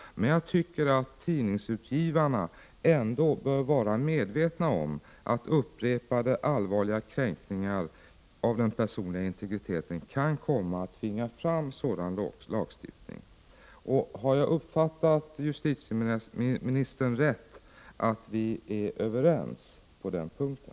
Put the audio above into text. Men tidningsutgivarna bör ändå vara medvetna om att upprepade allvarliga kränkningar av den personliga integriteten kan komma att tvinga fram sådan lagstiftning. Har jag uppfattat justitieministern rätt, att vi är överens på den punkten?